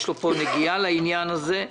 יש לו פה נגיעה לעניין הזה.